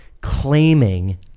claiming